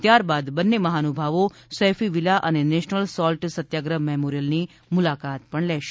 ત્યારબાદ બંને મહાનુભાવો સૈફી વિલા અને નેશનલ સોલ્ટ સત્યાગ્રહ મેમોરિયલની મુલાકાત કરશે